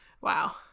Wow